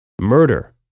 Murder